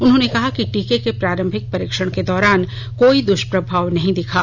उन्होंने कहा कि टीके के प्रारंभिक परीक्षण के दौरान कोई दुष्प्रभाव नहीं दिखा